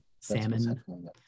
salmon